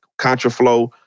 contraflow